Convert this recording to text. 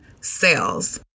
sales